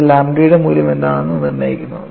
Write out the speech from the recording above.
അത് ലാംഡയുടെ മൂല്യം എന്താണെന്ന് നിർണ്ണയിക്കുന്നു